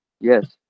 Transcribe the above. Yes